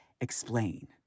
explain